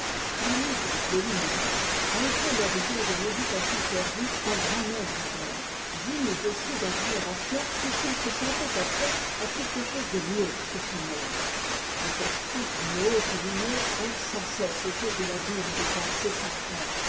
l'énigme de l'univers a été l'objet des méditations perdues d'un grand nombre d'hommes dignes aussi d'admiration puisqu'ils se sentaient appelés à quelque chose de mieux que ce monde les esprits d'une haute lignée errent sans cesse autour de l'abîme des pensées sans fin